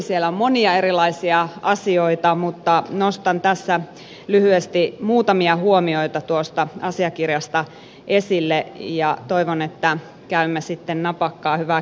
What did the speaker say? siellä on monia erilaisia asioita mutta nostan tässä lyhyesti muutamia huomioita tuosta asiakirjasta esille ja toivon että käymme sitten napakkaa hyvää keskustelua tämän pohjalta